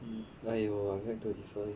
mm !aiyo! I beg to differ